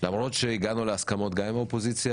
למרות שהגענו להסכמות גם עם האופוזיציה